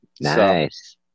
Nice